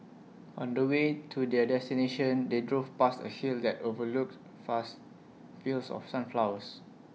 on the way to their destination they drove past A hill that overlooked vast fields of sunflowers